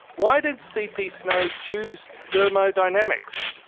why did cp snow choose thermodynamics?